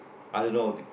I don't know if